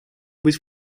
быть